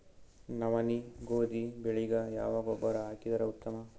ನವನಿ, ಗೋಧಿ ಬೆಳಿಗ ಯಾವ ಗೊಬ್ಬರ ಹಾಕಿದರ ಉತ್ತಮ?